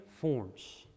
forms